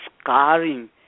scarring